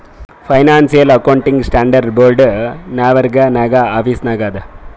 financial accounting standard board Norwalk ನಾಗ್ office ಅದಾ